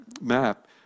map